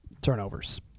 turnovers